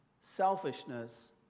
Selfishness